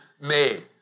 made